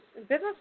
business